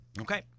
Okay